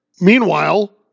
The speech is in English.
Meanwhile